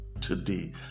today